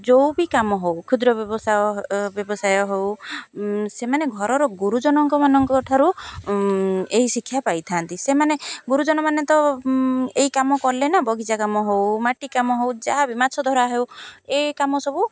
ଯେଉଁ ବି କାମ ହଉ କ୍ଷୁଦ୍ର ବ୍ୟବସାୟ ବ୍ୟବସାୟ ହଉ ସେମାନେ ଘରର ଗୁରୁଜନଙ୍କମାନଙ୍କ ଠାରୁ ଏହି ଶିକ୍ଷା ପାଇଥାନ୍ତି ସେମାନେ ଗୁରୁଜନ ମାନେ ତ ଏଇ କାମ କଲେ ନା ବଗିଚା କାମ ହଉ ମାଟି କାମ ହଉ ଯାହା ବିି ମାଛ ଧରା ହେଉ ଏ କାମ ସବୁ